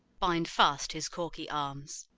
bind fast his corky arms.